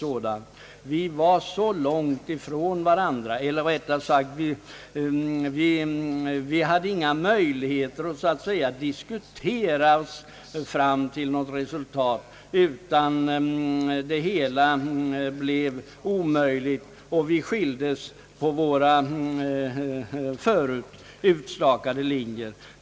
Våra uppfattningar låg så långt ifrån varandra, eller rättare sagt vi hade inga möjligheter att diskutera oss fram till något resultat. Vi skildes därför och stod då kvar vid våra förut utstakade linjer.